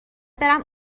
برم